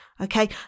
Okay